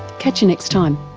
catch you next time